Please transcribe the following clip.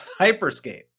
Hyperscape